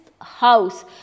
house